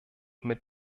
mit